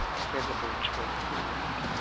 feather bridge went forward.